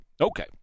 Okay